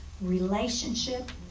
relationship